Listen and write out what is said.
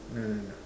no no no